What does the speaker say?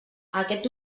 aquest